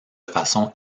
façon